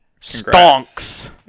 stonks